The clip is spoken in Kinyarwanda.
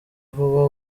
vuba